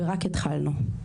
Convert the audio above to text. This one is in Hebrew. ורק התחלנו.